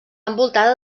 envoltada